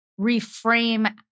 reframe